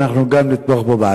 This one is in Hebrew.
ואנחנו גם נתמוך בו בעתיד.